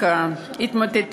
אתם שומעים?